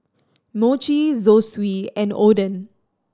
Mochi Zosui and Oden